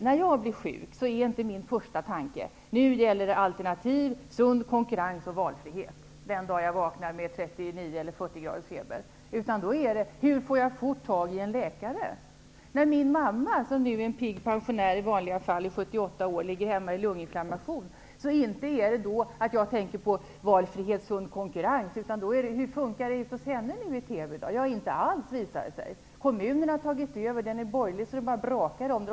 När jag blir sjuk är inte min första tanke att det nu gäller alternativ, sund konkurrens och valfrihet. Den dag jag vaknar med 39 eller 40 graders feber undrar jag hur jag fort får tag i en läkare. När min mamma som är 78 år, och i vanliga fall är en pigg pensionär, ligger hemma i lunginflammation, gäller min första tanke inte valfrihet och sund konkurrens. Jag tänker i stället på hur det fungerar ute hos henne i Täby. Det visar sig att det inte fungerar alls. Kommunen har tagit över. Den är borgerlig så det bara brakar om det.